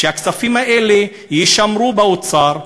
שהכספים האלה יישמרו באוצר,